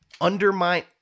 undermine